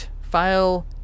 File